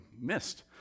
missed